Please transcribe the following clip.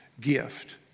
gift